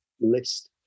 list